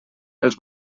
els